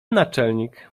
naczelnik